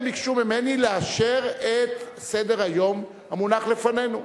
הם ביקשו ממני לאשר את סדר-היום המונח לפנינו.